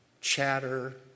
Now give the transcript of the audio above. chatter